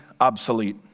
obsolete